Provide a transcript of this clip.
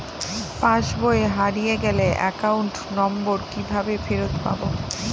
পাসবই হারিয়ে গেলে account number কিভাবে ফেরত পাব?